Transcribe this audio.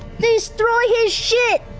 destroy his shit!